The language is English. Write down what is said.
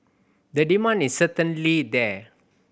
the demand is certainly there